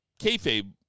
kayfabe